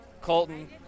Colton